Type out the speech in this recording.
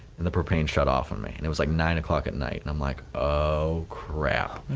and the propane shut off on me, and it was like nine o'clock at night i'm like oh crap.